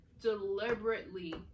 deliberately